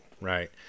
right